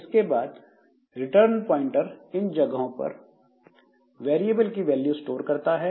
इसके बाद return pointer इन जगहों पर वेरिएबल की वैल्यू स्टोर करता है